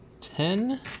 ten